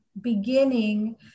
beginning